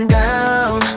down